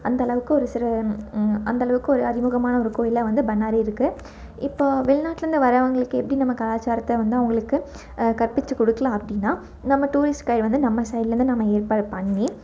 அந்த அளவுக்கு ஒரு சிறு அந்த அளவுக்கு ஒரு அறிமுகமான ஒரு கோயிலாக வந்து பண்ணாரி இருக்கு இப்போ வெளிநாட்லந்து வரவங்களுக்கு எப்படி நம்ம கலாச்சாரத்தை வந்து அவங்களுக்கு கற்பிச்சு கொடுக்கலாம் அப்படின்னா நம்ம டூரிஸ்ட் கைடு வந்து நம்ம சைட்லந்து நம்ம ஏற்பாடு பண்ணி